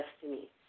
destiny